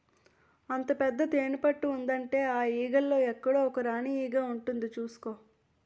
అంత పెద్ద తేనెపట్టు ఉందంటే ఆ ఈగల్లో ఎక్కడో ఒక రాణీ ఈగ ఉంటుంది చూసుకో